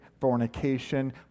fornication